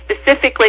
Specifically